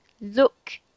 Look